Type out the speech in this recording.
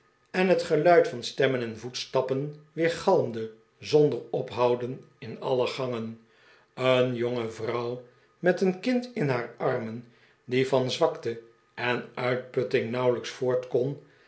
en het geluid van stemmen en voetstappen weergalmde zonder ophouden in alle gangen een jonge vrouw met een kind in haar armen die van zwakte en uitputting nauwelijks